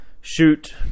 shoot